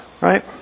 right